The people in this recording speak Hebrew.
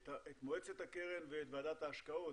מועצת הקרן ואת בעלת ההשקעות,